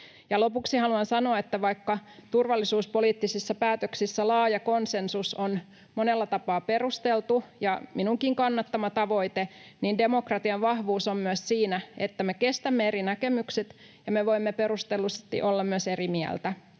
Lopuksi haluan sanoa, että vaikka turvallisuuspoliittisissa päätöksissä laaja konsensus on monella tapaa perusteltu ja minunkin kannattama tavoite, niin demokratian vahvuus on myös siinä, että me kestämme eri näkemykset ja me voimme perustellusti olla myös eri mieltä.